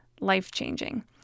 life-changing